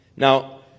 Now